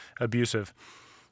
abusive